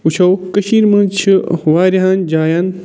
وٕچھَو کٔشیٖرِ منٛز چھِ واریاہَن جایَن